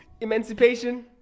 Emancipation